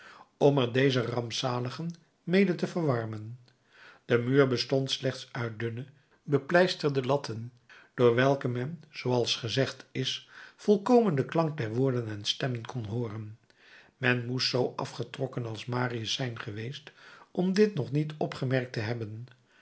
er deze rampzaligen mede te verwarmen de muur bestond slechts uit dunne bepleisterde latten door welke men zooals gezegd is volkomen den klank der woorden en stemmen kon hooren men moest zoo afgetrokken als marius zijn geweest om dit nog niet opgemerkt te hebben